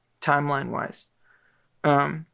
timeline-wise